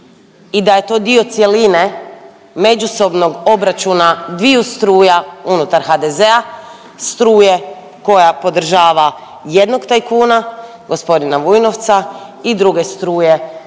i da je to dio cjeline međusobnog obračuna dviju struja unutar HDZ-a, struje koja podržava jednog tajkuna g. Vujnovca i druge struje